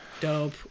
Dope